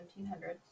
1700s